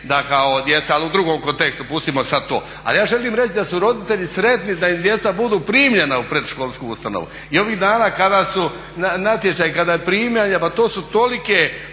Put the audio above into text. da kao djeca, ali u drugom kontekstu, pustimo sada to. Ali ja želim reći da su roditelji sretni da im djeca budu primljena u predškolsku ustanovu. I ovih dana kada su natječaji, kada su primanja, pa to su tolike